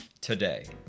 today